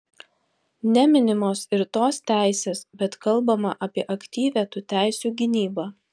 neminimos ir tos teisės bet kalbama apie aktyvią tų teisių gynybą